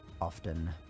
Often